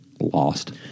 lost